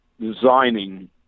designing